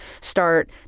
start